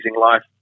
life